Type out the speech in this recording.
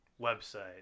website